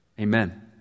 Amen